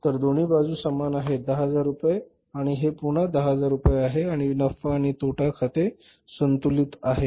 तर दोन्ही बाजू समान आहेत 10000 रुपये आणि हे पुन्हा 10000 रुपये आहे आणि नफा व तोटा खाते संतुलित आहे